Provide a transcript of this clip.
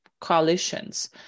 coalitions